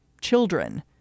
children